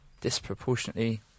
disproportionately